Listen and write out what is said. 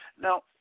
now